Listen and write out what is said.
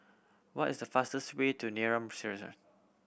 what is the fastest way to Neram